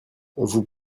vous